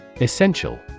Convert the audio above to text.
Essential